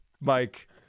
Mike